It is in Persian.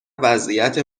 وضعیت